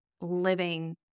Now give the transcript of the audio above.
living